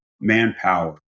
manpower